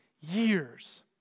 years